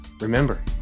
Remember